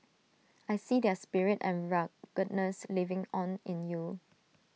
I see their spirit and ruggedness living on in you